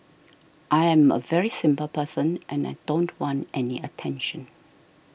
I am a very simple person and I don't want any attention